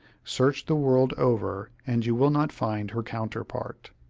search the world over, and you will not find her counterpart.